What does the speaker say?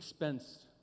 expensed